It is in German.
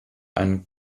einen